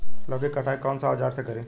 लौकी के कटाई कौन सा औजार से करी?